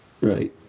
Right